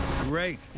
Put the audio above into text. Great